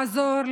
לעזור,